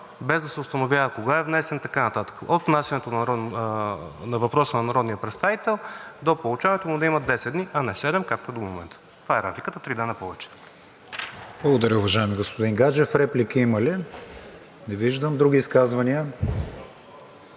без да се установява кога е внесен и така нататък. От внасяне на въпроса на народния представител до получаването му да има 10 дни, а не 7, както е до момента. Това е разликата – три дни повече. ПРЕДСЕДАТЕЛ КРИСТИАН ВИГЕНИН: Благодаря, уважаеми господин Гаджев. Реплики има ли? Не виждам. Други изказвания?